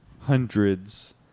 hundreds